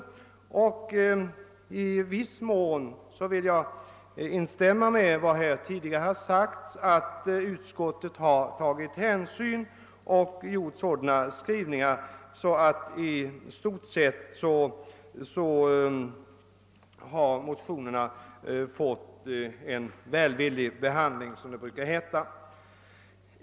I viss mån kan jag instämma i vad som tidigare har sagts, nämligen att utskottet har tagit sådana hänsyn och gjort sådana skrivningar att man kan säga att motionen i stort sett har fått en välvillig behandling.